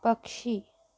पक्षी